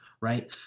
right